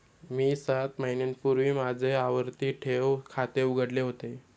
मी सात महिन्यांपूर्वी माझे आवर्ती ठेव खाते उघडले होते